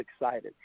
excited